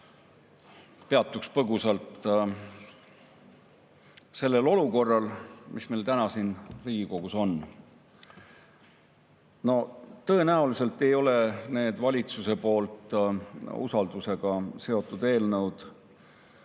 peatuksin põgusalt sellel olukorral, mis meil täna siin Riigikogus on. Tõenäoliselt ei ole valitsuse poolt usaldusega seotud eelnõud